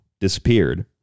disappeared